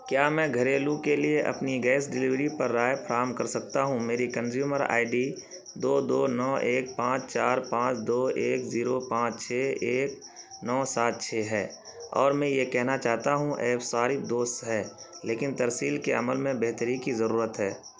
کیا میں گھریلو کے لیے اپنی گیس ڈیلیوری پر رائے فراہم کر سکتا ہوں میری کنزیومر آئی ڈی دو دو نو ایک پانچ چار پانچ دو ایک زیرو پانچ چھ ایک نو سات چھ ہے اور میں یہ کہنا چاہتا ہوں ایپ صارف دوست ہے لیکن ترسیل کے عمل میں بہتری کی ضرورت ہے